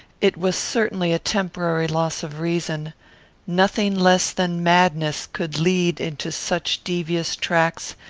it was certainly a temporary loss of reason nothing less than madness could lead into such devious tracks,